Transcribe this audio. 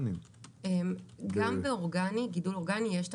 גם בגידול אורגני יש תכשירים.